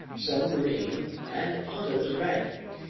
some green and others red,